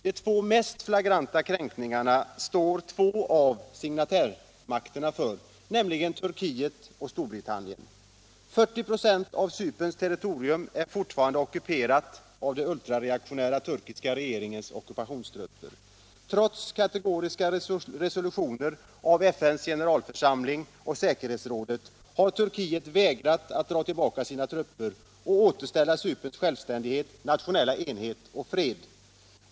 De två mest flagranta kränkningarna står två av signatärmakterna för, nämligen Turkiet och Storbritannien. 40 926 av Cyperns territorium är fortfarande ockuperat av den ultrareaktionära turkiska regeringens ockupationstrupper. Trots kategoriska resolutioner av FN:s generalförsamling och av säkerhetsrådet har Turkiet vägrat att dra tillbaka sina trupper och återställa Cyperns självständighet, nationella enhet och fred.